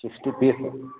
sixty piece